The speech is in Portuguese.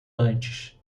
antes